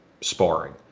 sparring